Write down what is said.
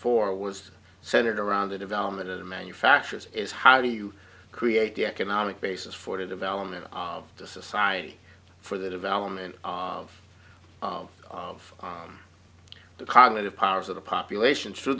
for was centered around the development of the manufacturers is how do you create the economic basis for the development of the society for the development of of of on the cognitive powers of the population